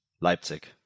Leipzig